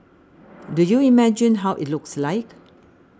do you imagine how it looks like